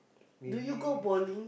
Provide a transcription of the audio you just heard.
maybe